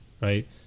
right